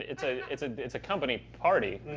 it's, ah it's ah it's a company party,